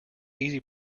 easy